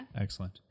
Excellent